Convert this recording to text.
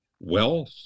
wealth